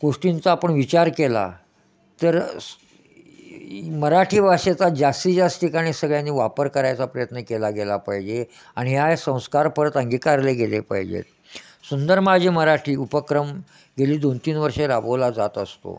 गोष्टींचा आपण विचार केला तर सु इ मराठी भाषेचा जास्तीत जास्त ठिकाणी सगळ्यांनी वापर करायचा प्रयत्न केला गेला पाहिजे आणि ह्या संस्कार परत अंगीकारले गेले पाहिजेत सुंदर माझी मराठी उपक्रम गेले दोन तीन वर्षे राबवला जात असतो